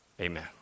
Amen